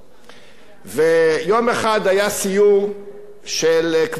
ויום אחד היה סיור של קבוצה של יהודים,